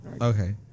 Okay